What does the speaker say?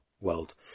world